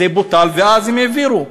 זה בוטל ואז הם העבירו.